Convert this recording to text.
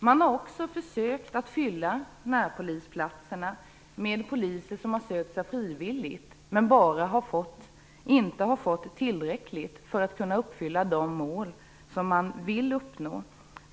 Man har försökt att fylla närpolisplatserna med poliser som har sökt sig dit frivilligt, men man har inte fått tillräckligt många för att kunna uppfylla de mål som man vill uppnå.